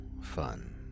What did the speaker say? fun